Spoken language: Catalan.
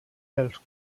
pels